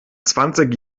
zwanzig